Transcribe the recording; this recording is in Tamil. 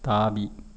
தாவி